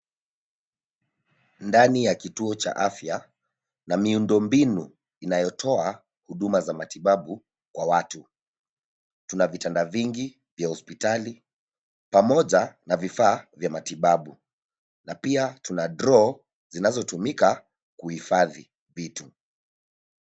Ndani ya kituo cha afya na miundo mbinu inayotoa huduma za matibabu kwa watu. Tuna vitanda vingi vya hospitali pamoja na vifaa vya matibabu na pia yana (cs)draw(cs) zinazotumika kuhifadhi vitu.